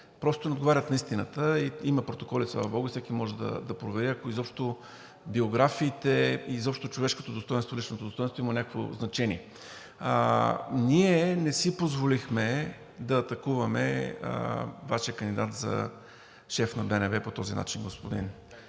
просто не отговарят на истината – има протоколи, слава богу, всеки може да провери, ако изобщо биографиите и човешкото достойнство, личното достойнство, имат някакво значение. Ние не си позволихме да атакуваме Вашия кандидат за шеф на БНБ по този начин, господин